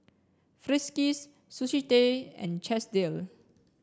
Friskies Sushi Tei and Chesdale